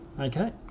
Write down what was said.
Okay